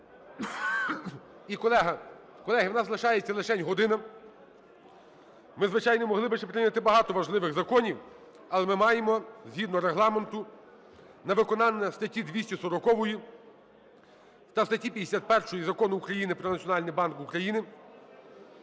І, колеги, у нас лишається лишень година. Ми, звичайно, могли б ще прийняти багато важливих законів, але ми маємо, згідно Регламенту, на виконання статті 240 та статті 51 Закону України "Про Національний банк України",